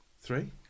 Three